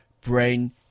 brain